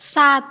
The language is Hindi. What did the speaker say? सात